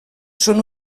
són